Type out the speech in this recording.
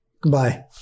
Goodbye